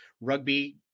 Rugby